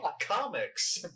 comics